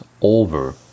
over